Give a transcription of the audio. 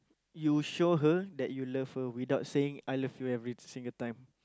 you show her that you love her without saying I love you every single time